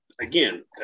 Again